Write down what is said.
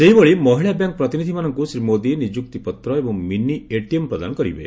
ସେହିଭଳି ମହିଳା ବ୍ୟାଙ୍କ ପ୍ରତିନିଧିମାନଙ୍କୁ ଶ୍ରୀ ମୋଦି ନିଯୁକ୍ତିପତ୍ର ଏବଂ ମିନି ଏଟିଏମ୍ ପ୍ରଦାନ କରିବେ